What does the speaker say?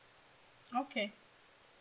okay